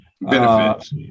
benefits